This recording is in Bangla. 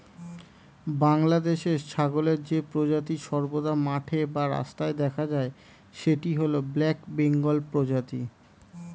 বাংলাদেশে ছাগলের যে প্রজাতি সর্বদা মাঠে বা রাস্তায় দেখা যায় সেটি হল ব্ল্যাক বেঙ্গল প্রজাতি